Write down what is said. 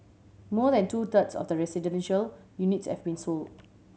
more than two thirds of the residential units have been sold